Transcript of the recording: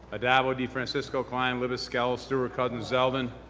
and addabbo, defrancisco, klein, libous, skelos, stewart-cousins, zeldin.